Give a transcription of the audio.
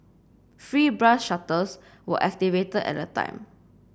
free bus shuttles were activated at the time